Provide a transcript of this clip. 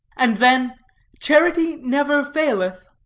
and then charity never faileth.